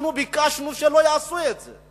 אנחנו ביקשנו שלא יעשו את זה.